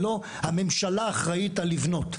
זה לא הממשלה אחראית על לבנות.